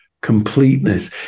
completeness